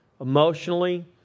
emotionally